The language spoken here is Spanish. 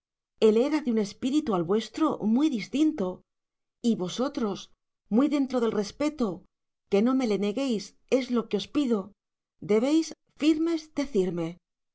él era de un espíritu al vuestro muy distinto y vosotros muy dentro del respeto que no me le neguéis es lo que os pido debéis firmes decirme